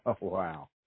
Wow